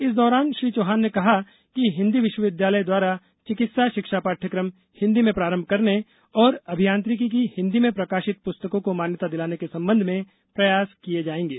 इस दौरान श्री चौहान ने कहा कि हिन्दी विश्वविद्यालय द्वारा चिकित्सा शिक्षा पाठ्यक्रम हिन्दी में प्रारंभ करने और अभियांत्रिकी की हिन्दी में प्रकाशित पुस्तकों को मान्यता के संबंध में प्रयास किए जाएंगे